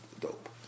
dope